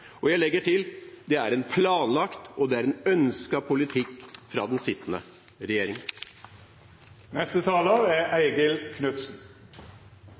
Jeg legger til: Det er en planlagt og ønsket politikk fra den sittende